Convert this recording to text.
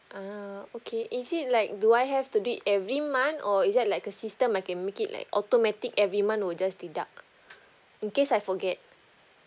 ah okay is it like do I have to do it every month or is there like a system I can make it like automatic every month will just deduct in case I forget